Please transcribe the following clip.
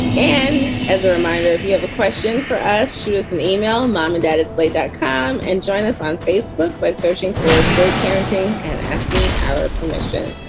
and as a reminder, if you have a question for us, shoot us an email. mom and dad, it's late that come and join us on facebook by searching for slate parenting and asking our permission.